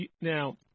Now